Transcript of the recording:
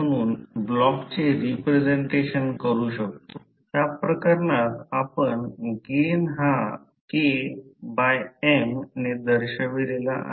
तसेच B H लिहू शकतो 0 ऐवजी कोणत्याही मटेरियलमध्ये H लिहू शकतो जे कोणत्याही विशिष्ट मटेरियलमध्ये आहे